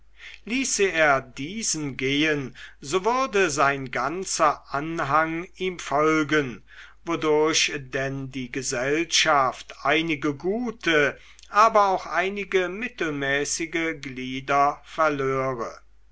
ließe er diesen gehen so würde sein ganzer anhang ihm folgen wodurch denn die gesellschaft einige gute aber auch einige mittelmäßige glieder verlöre